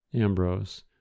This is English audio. Ambrose